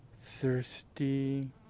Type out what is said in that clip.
thirsty